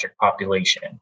population